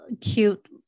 cute